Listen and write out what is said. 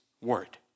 word